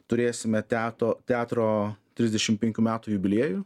turėsime teato teatro trisdešimt penkių metų jubiliejų